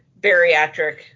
bariatric